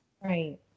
Right